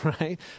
right